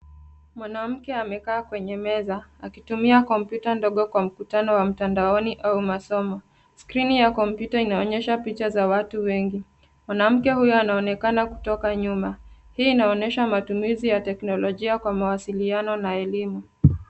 Mwanamke amekaa kwenye meza akitumia komputa dogo kwa mkutano wa mtandaoni au masomo. Skrini ya komputa inaonyesha picha za watu wengi, Mwanamke huyo anaonekana kutoka nyuma hii inaonyesha matumizi ya teknolojia kwa mawasiliano na elimu,.